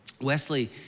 Wesley